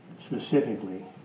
specifically